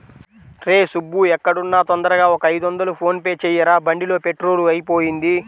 రేయ్ సుబ్బూ ఎక్కడున్నా తొందరగా ఒక ఐదొందలు ఫోన్ పే చెయ్యరా, బండిలో పెట్రోలు అయిపొయింది